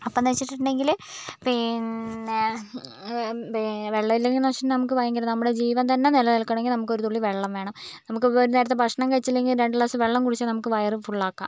അപ്പം എന്ന് വെച്ചിട്ടുണ്ടെങ്കിൽ പിന്നേ വെള്ളം ഇല്ലെങ്കിലെന്ന് വെച്ചിട്ടുണ്ടേ നമുക്ക് ഭയങ്കര നമ്മുടെ ജീവൻ തന്നെ നിലനിൽക്കണമെങ്കിൽ നമുക്ക് ഒരു തുള്ളി വെള്ളം തന്നെ വേണം നമുക്ക് ഇപ്പം ഒരു നേരത്തെ ഭക്ഷണം കഴിച്ചില്ലെങ്കിൽ രണ്ട് ഗ്ലാസ് വെള്ളം കുടിച്ചാൽ നമുക്ക് വയറ് ഫുള്ളാക്കാം